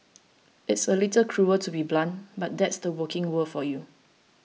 it's a little cruel to be blunt but that's the working world for you